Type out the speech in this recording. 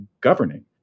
governing